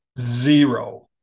Zero